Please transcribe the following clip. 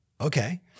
Okay